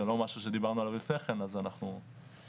זה לא משהו שדיברנו עליו לפני כן, אז אנחנו נחשוב.